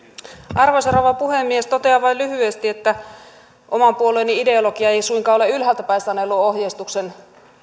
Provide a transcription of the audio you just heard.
arvoisa rouva puhemies totean vain lyhyesti että oman puolueeni ideologia ei suinkaan ole ylhäältä päin sanelua ohjeistuksen